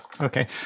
okay